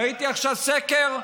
ראיתי עכשיו סקר,